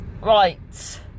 right